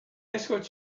escort